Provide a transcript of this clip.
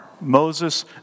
Moses